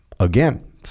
Again